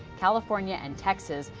california and texas.